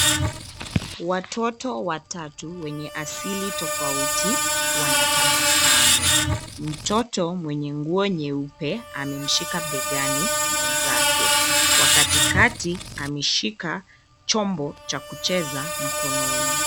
Watoto watatu wenye asili tofauti wanatabasamu. Mtoto mwenye nguo nyeupe amemshika begani mwenzake. wa katikati ameshika chombo cha kuchezea mkononi.